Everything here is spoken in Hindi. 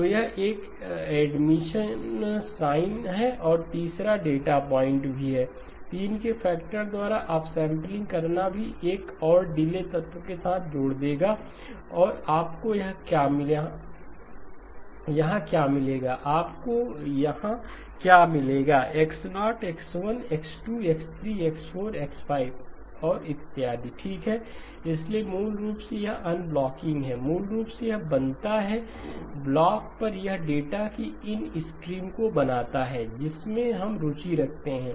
तो यह एक एडिशन साइन है और तीसरा डेटा पॉइंट भी 3 के फैक्टर द्वारा अपसैंपलिंग करना यह भी एक और डिले तत्व के साथ जोड़ देगा और आपको यहां क्या मिलेगा आपको यहां क्या मिलेगा X0 X1 X2 X3 X4 X5और इत्यादि ठीक है इसलिए मूल रूप से यह अनब्लॉकिंग है मूल रूप से यह बनाता है ब्लॉक पर यह डेटा की इन स्ट्रीम को बनाता है जिसमें हम रुचि रखते हैं